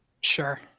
Sure